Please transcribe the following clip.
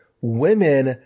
women